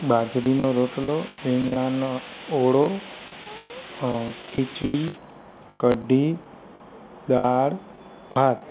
બાજરીનો રોટલો રીંગણાંનો ઓળો ખીચડી કઢી દાળ ભાત